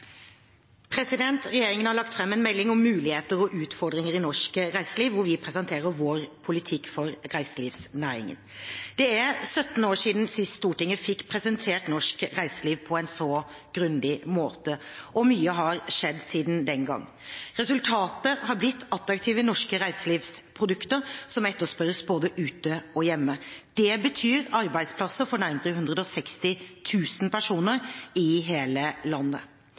Regjeringen har lagt fram en melding om muligheter og utfordringer i norsk reiseliv, hvor vi presenterer vår politikk for reiselivsnæringen. Det er 17 år siden sist Stortinget fikk presentert norsk reiseliv på en så grundig måte. Mye har skjedd siden den gang. Resultatet har blitt attraktive norske reiselivsprodukter – som etterspørres både ute og hjemme. Det betyr arbeidsplasser for nærmere 160 000 personer i hele landet.